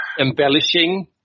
embellishing